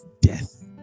death